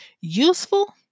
Useful